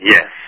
Yes